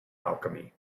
alchemy